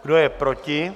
Kdo je proti?